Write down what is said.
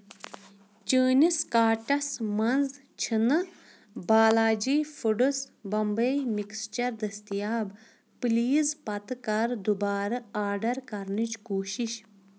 چٲنِس کاٹس مَنٛز چھنہٕ بالاجی فُڈٕس بمبے مِکسچر دٔسیتاب، پلیٖز پتہٕ کر دُبارٕ آرڈر کرنٕچ کوٗشش